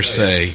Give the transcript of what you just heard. say